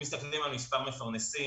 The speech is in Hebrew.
אם מסתכלים על מספר המפרנסים,